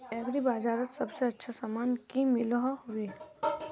Agri बजारोत सबसे अच्छा सामान की मिलोहो होबे?